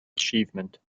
achievement